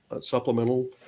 supplemental